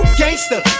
gangster